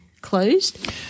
closed